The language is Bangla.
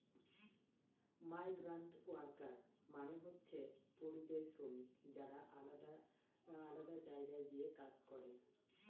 মাইগ্রান্টওয়ার্কার মানে হচ্ছে পরিযায়ী শ্রমিক যারা আলাদা জায়গায় গিয়ে কাজ করে